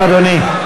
נא לסיים, אדוני.